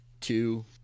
two